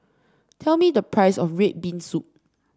tell me the price of red bean soup